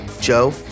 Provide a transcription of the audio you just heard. Joe